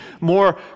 more